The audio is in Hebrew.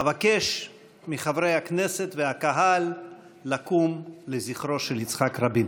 אבקש מחברי הכנסת ומהקהל לקום לזכרו של יצחק רבין.